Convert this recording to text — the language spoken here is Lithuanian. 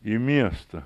į miestą